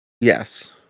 Yes